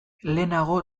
lehenago